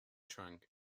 trunk